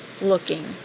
looking